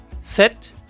set